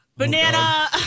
Banana